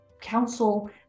council